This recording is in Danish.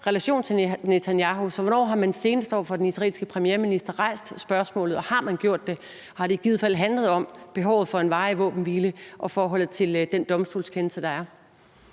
relation til Netanyahu. Så hvornår har man senest over for den israelske premierminister rejst spørgsmålet? Hvis man har gjort det, har det i givet fald så handlet om behovet for en varig våbenhvile og forholdet til den domstolskendelse, der er?